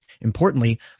importantly